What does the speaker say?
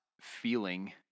feeling